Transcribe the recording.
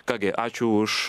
ką gi ačiū už